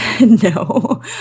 No